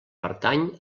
pertany